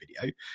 video